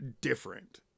different